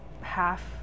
half